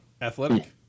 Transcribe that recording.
athletic